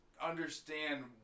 understand